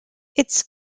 its